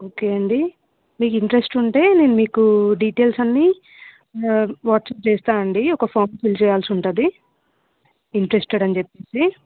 okay అండి మీకు interest ఉంటే నేను మీకు డీటెయిల్స్ అన్నీ వాట్సాప్ చేస్తాను అండి ఒక ఫామ్ ఫిల్ చేయాల్సి ఉంటుంది ఇంట్రస్టెడ్ అని చెప్పి